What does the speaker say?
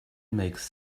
makes